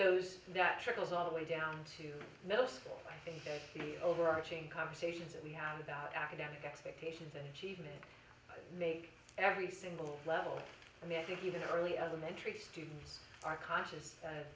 those that trickles all the way down to middle school i think the overarching conversations that we have about academic expectations and she even make every single level i mean i think even a early elementary students are conscious